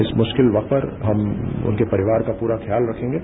इस मुश्किल वक्त पर हम उनके परिवार का पूरा ख्याल रखेंगे